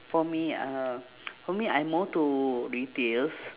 for me uh for me I more to retails